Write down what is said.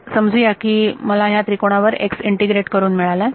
तर समजू या की मला ह्या त्रिकोणावर x इंटिग्रेट करून मिळाला